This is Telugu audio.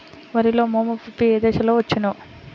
వరిలో మోము పిప్పి ఏ దశలో వచ్చును?